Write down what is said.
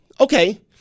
okay